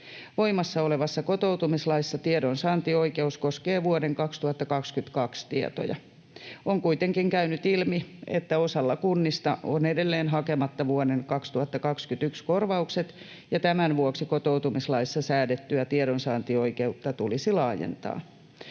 Voimassa olevassa kotoutumislaissa tiedonsaantioikeus koskee vuoden 2022 tietoja. On kuitenkin käynyt ilmi, että osalla kunnista on edelleen hakematta vuoden 2021 korvaukset, ja tämän vuoksi kotoutumislaissa säädettyä tiedonsaantioikeutta tulisi laajentaa.